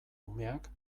umeak